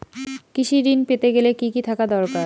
কৃষিঋণ পেতে গেলে কি কি থাকা দরকার?